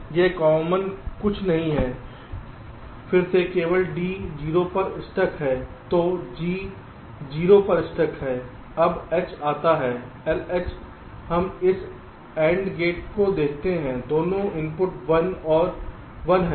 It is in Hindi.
यहां कॉमन कुछ भी नहीं है फिर से केवल D 0 पर स्टक है और G 0 पर स्टक है तब H आता है LH हम इस AND गेट को देखते हैं दोनों इनपुट 1 और 1 हैं